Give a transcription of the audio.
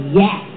yes